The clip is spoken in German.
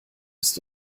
ist